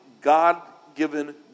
God-given